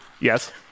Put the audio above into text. Yes